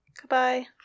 Goodbye